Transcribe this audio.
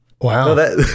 Wow